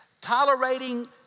tolerating